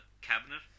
cabinet